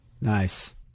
Nice